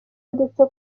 ndetse